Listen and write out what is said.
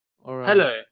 Hello